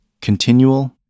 Continual